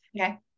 Okay